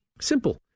Simple